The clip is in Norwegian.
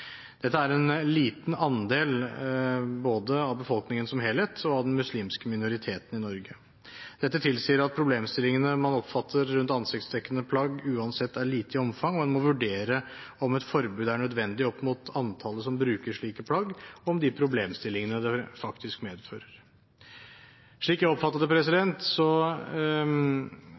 Dette er en liten andel både av befolkningen som helhet og av den muslimske minoriteten i Norge. Dette tilsier at problemstillingene man oppfatter rundt ansiktsdekkende plagg, uansett er mindre i omfang, og en må vurdere om et forbud er nødvendig, opp mot antallet som bruker slike plagg, og om de problemstillingene det faktisk medfører. Slik jeg oppfatter det,